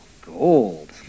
gold